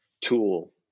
tool